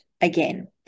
again